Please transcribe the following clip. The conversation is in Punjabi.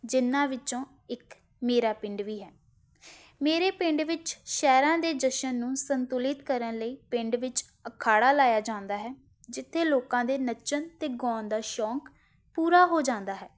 ਜਿਨ੍ਹਾਂ ਵਿੱਚੋਂ ਇੱਕ ਮੇਰਾ ਪਿੰਡ ਵੀ ਹੈ ਮੇਰੇ ਪਿੰਡ ਵਿੱਚ ਸ਼ਹਿਰਾਂ ਦੇ ਜਸ਼ਨ ਨੂੰ ਸੰਤੁਲਿਤ ਕਰਨ ਲਈ ਪਿੰਡ ਵਿੱਚ ਅਖਾੜਾ ਲਾਇਆ ਜਾਂਦਾ ਹੈ ਜਿੱਥੇ ਲੋਕਾਂ ਦੇ ਨੱਚਣ ਅਤੇ ਗਾਉਣ ਦਾ ਸ਼ੌਂਕ ਪੂਰਾ ਹੋ ਜਾਂਦਾ ਹੈ